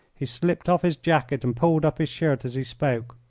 he slipped off his jacket and pulled up his shirt as he spoke.